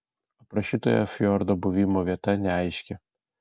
aprašytojo fjordo buvimo vieta neaiški